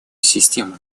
систему